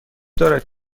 دارد